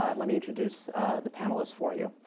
ah and let me introduce the panelists for you.